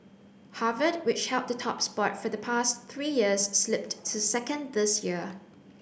Harvard which held the top spot for the past three years slipped to second this year